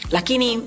Lakini